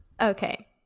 Okay